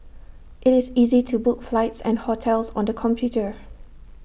IT is easy to book flights and hotels on the computer